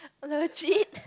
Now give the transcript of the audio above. legit